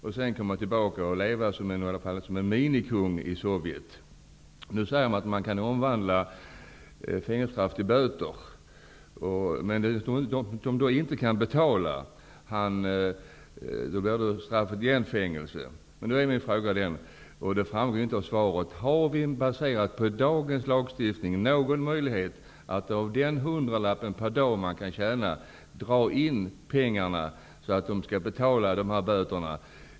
Sedan kan de komma tillbaka och leva som minikungar i Nu sägs det att det går att omvandla fängelsestraff till böter. Men för den som inte kan betala blir det fängelsestraff. Jag har ytterligare en fråga som inte är besvarad. Finns det, baserat på dagens lagstiftning, någon möjlighet att av den hundralapp som det går att tjäna att dra in pengarna för att betala dessa böter?